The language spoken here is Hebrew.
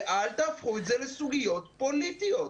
ואל תהפכו את זה לסוגיות פוליטיות.